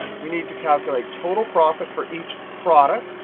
we need to calculate total profit for each product,